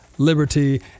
liberty